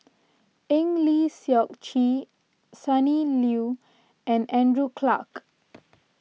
Eng Lee Seok Chee Sonny Liew and Andrew Clarke